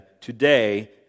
Today